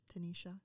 Tanisha